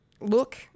look